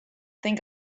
think